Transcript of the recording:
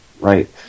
Right